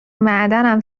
معدنم